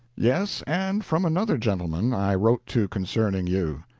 yes, and from another gentlemen i wrote to concerning you.